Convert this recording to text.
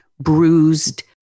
bruised